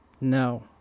No